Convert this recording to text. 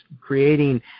creating